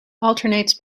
alternates